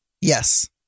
Yes